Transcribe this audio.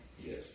Yes